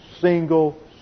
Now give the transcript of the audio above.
single